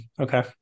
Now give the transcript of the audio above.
Okay